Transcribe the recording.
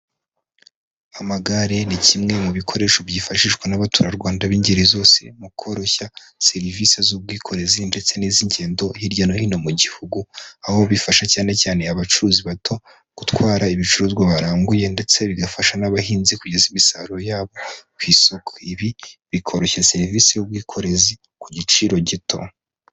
Amagare ni kimwe mu bikoresho byifashishwa n'abaturarwanda b'ingeri zose, mu koroshya serivisi z'ubwikorezi ndetse n'iz'ingendo hirya no hino mu gihugu, aho bifasha cyane cyane abacuruzi bato gutwara ibicuruzwa baranguye ndetse bigafasha n'abahinzi kugeza imisaruro yabo ku isoko. Ibi bikoroshya serivisi z'ubwikorezi ku giciro gito.